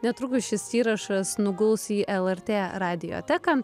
netrukus šis įrašas nuguls į lrt radioteką